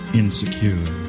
insecure